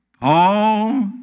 Paul